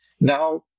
now